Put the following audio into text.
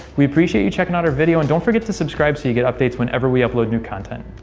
we appreciate you checking out our video and don't forget to subscribe so you get updates whenever we upload new content.